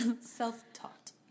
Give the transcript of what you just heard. Self-taught